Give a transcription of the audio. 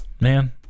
Man